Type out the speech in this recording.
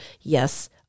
Yes